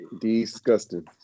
Disgusting